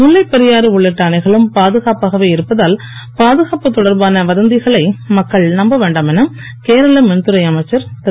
முல்லைப் பெரியாறு உள்ளிட்ட அணைகளும் பாதுகாப்பாகவே இருப்பதால் பாதுகாப்பு தொடர்பான வதந்திகனை மக்கள் நம்ப வேண்டாம் என கேரள மின்துறை அமைச்சர் திரு